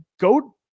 go